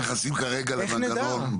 אנחנו נכנסים כרגע למנגנון,